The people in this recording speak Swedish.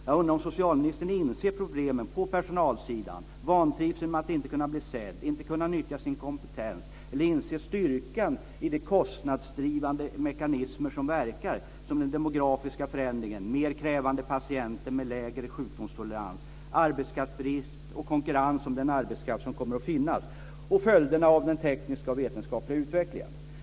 Jag undrar om socialministern inser problemen på personalsidan - vantrivsel med att inte kunna bli sedd och att inte kunna nyttja sin kompetens - och inser styrkan i de kostnadsdrivande mekanismer som verkar, som den demografiska förändringen, mer krävande patienter med lägre sjukdomstolerans, arbetskraftsbrist, konkurrens om den arbetskraft som kommer att finnas och följderna av den tekniska och vetenskapliga utvecklingen.